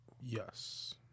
yes